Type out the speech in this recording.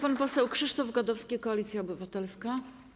Pan poseł Krzysztof Gadowski, Koalicja Obywatelska.